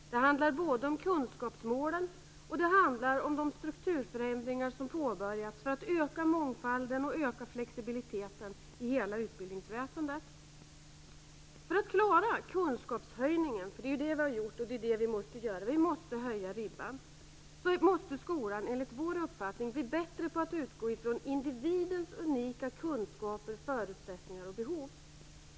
Det handlar både om kunskapsmålen och om de strukturförändringar som påbörjats för att öka mångfalden och flexibiliteten i hela utbildningsväsendet. För att klara kunskapshöjningen - det är det vi har gjort, och det är det vi måste göra - måste skolan enligt vår uppfattning bli bättre på att utgå ifrån individens unika kunskaper, förutsättningar och behov.